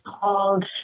called